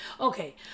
Okay